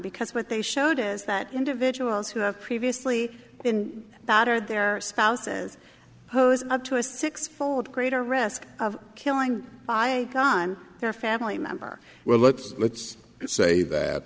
because what they showed is that individuals who have previously been bought or their spouses pose up to a six fold greater risk of killing by gun their family member well let's let's say that